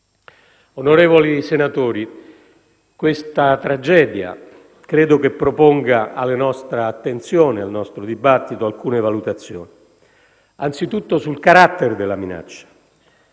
Onorevoli senatori, questa tragedia credo che proponga alla nostra attenzione e al nostro dibattito alcune valutazioni. Anzitutto sul carattere della minaccia,